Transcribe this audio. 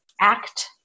act